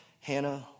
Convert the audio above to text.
Hannah